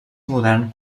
modern